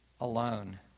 alone